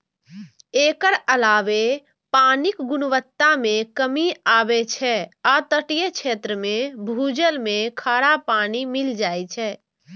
एकर अलावे पानिक गुणवत्ता मे कमी आबै छै आ तटीय क्षेत्र मे भूजल मे खारा पानि मिल जाए छै